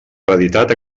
reeditat